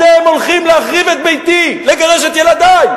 אתם הולכים להחריב את ביתי, לגרש את ילדי.